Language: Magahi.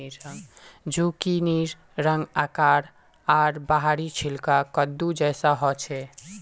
जुकिनीर रंग, आकार आर बाहरी छिलका कद्दू जैसा ह छे